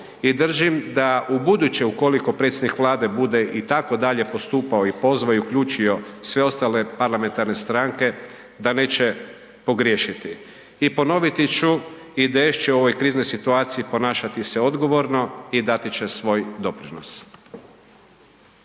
držim da ubuduće ukoliko predsjednik Vlade bude i tako dalje postupao i pozvao i uključio sve ostale parlamentarne stranke da neće pogriješiti. I ponoviti ću, IDS će u ovoj kriznoj situaciji ponašati se odgovorno i dati će svoj doprinos.